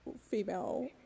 female